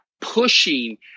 pushing